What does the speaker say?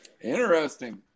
Interesting